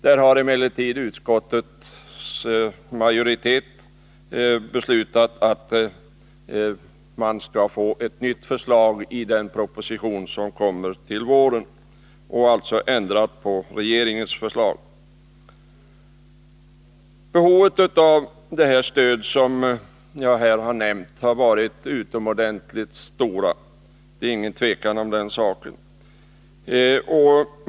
Där har emellertid utskottets majoritet begärt ett nytt förslag i den proposition som kommer till våren och alltså ändrat på regeringens förslag. Behovet av de stöd som jag här har nämnt har varit utomordentligt stort — det råder ingen tvekan om den saken.